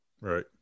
Right